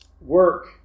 work